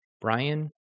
Brian